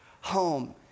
home